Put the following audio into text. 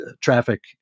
traffic